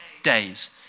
days